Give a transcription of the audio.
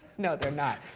you know they're not.